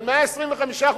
של 125%,